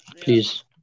please